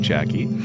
Jackie